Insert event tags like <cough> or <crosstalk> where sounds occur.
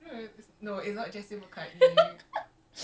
<laughs> kau rembat jer